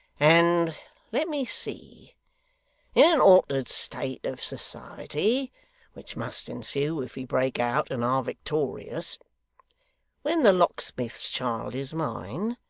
and let me see. in an altered state of society which must ensue if we break out and are victorious when the locksmith's child is mine,